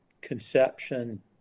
conception